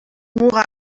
muga